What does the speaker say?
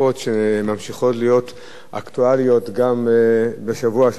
שממשיכות להיות אקטואליות גם בשבוע שלאחר מכן.